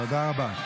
תודה רבה.